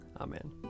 Amen